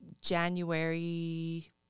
January